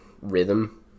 rhythm